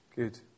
Good